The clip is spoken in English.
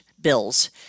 bills